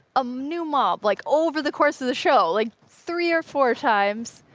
a new mob, like over the course of the show, like three or four times.